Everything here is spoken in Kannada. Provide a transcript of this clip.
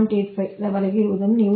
85 ರವರೆಗೆ ಇರುವುದನ್ನು ನೀವು ನೋಡುತ್ತೀರಿ